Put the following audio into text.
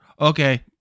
Okay